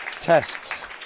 tests